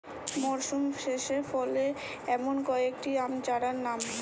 মরশুম শেষে ফলে এমন কয়েক টি আম চারার নাম?